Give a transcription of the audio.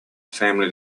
family